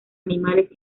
animales